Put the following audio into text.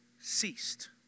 ceased